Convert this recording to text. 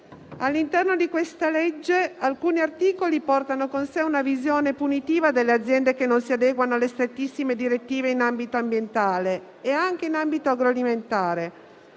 All'interno di questo provvedimento alcuni articoli portano con sé una visione punitiva delle aziende che non si adeguano alle strettissime direttive in ambito ambientale e anche in ambito agroalimentare